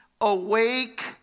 Awake